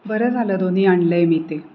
बरं झालं दोन्ही आणलं आहे मी ते